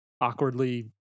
awkwardly